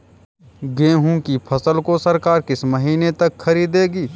गेहूँ की फसल को सरकार किस महीने तक खरीदेगी?